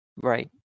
Right